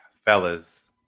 fellas